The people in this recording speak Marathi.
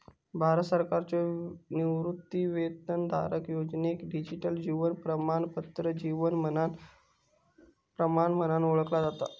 भारत सरकारच्यो निवृत्तीवेतनधारक योजनेक डिजिटल जीवन प्रमाणपत्र जीवन प्रमाण म्हणून ओळखला जाता